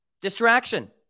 distraction